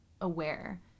aware